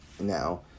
now